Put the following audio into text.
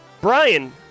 Brian